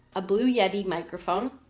a blue yeti microphone,